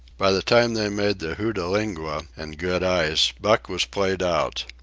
by the time they made the hootalinqua and good ice, buck was played out.